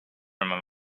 through